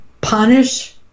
punish